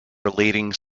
relating